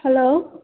hello